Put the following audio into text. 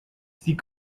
sie